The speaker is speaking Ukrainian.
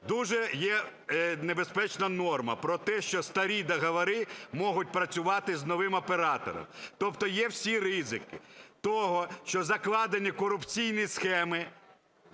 дуже є небезпечна норма про те, що старі договори можуть працювати з новим оператором. Тобто є всі ризики того, що закладені корупційні схеми